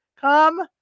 Come